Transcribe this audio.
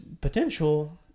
potential